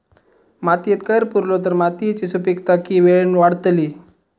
मातयेत कैर पुरलो तर मातयेची सुपीकता की वेळेन वाडतली?